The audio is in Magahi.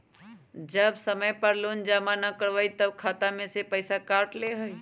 जब समय पर लोन जमा न करवई तब खाता में से पईसा काट लेहई?